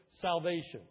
salvation